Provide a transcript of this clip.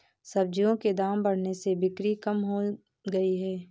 सब्जियों के दाम बढ़ने से बिक्री कम हो गयी है